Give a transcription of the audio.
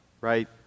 Right